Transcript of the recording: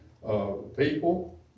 people